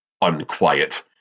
unquiet